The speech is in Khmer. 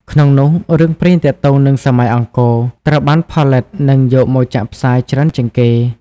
ក្នុងនោះ រឿងព្រេងទាក់ទងនឹងសម័យអង្គរ ត្រូវបានផលិតនិងយកមកចាក់ផ្សាយច្រើនជាងគេ។